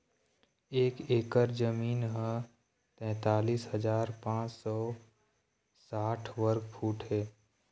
एक एकर जमीन ह तैंतालिस हजार पांच सौ साठ वर्ग फुट हे